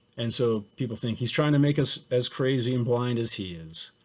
and so people think he's trying to make us as crazy and blind as he is.